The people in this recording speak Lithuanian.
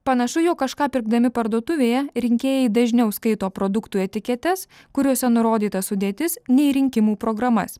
panašu jog kažką pirkdami parduotuvėje rinkėjai dažniau skaito produktų etiketes kuriose nurodyta sudėtis nei į rinkimų programas